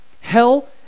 Hell